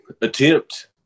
attempt